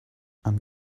and